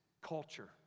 culture